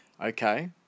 Okay